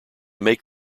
make